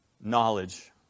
knowledge